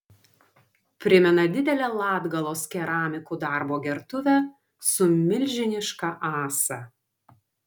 primena didelę latgalos keramikų darbo gertuvę su milžiniška ąsa